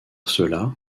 cela